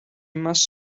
must